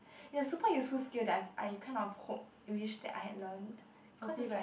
ya super useful skill that I I kind of hope wish that I had learnt cause it's like